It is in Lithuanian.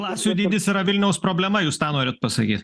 klasių dydis yra vilniaus problema jūs tą norit pasakyt